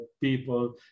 people